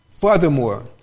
Furthermore